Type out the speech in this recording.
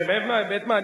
זה באמת מעניין,